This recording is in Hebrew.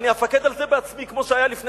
אני אפקד על זה בעצמי כמו שהיה לפני